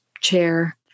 chair